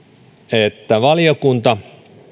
että valiokunta